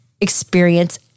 Experience